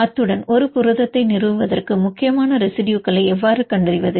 அத்துடன் ஒரு புரதத்தை நிறுவுவதற்கு முக்கியமான ரெசிடுயுகளை எவ்வாறு கண்டறிவது